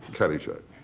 caddyshack.